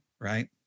right